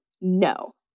no